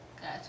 Got